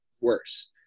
worse